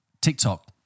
TikTok